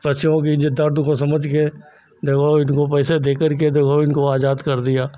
पक्षियों की देता है तो वह समझ गए तो वह इनको पैसे दे करके देखो इनको आज़ाद कर दिया